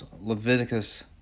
Leviticus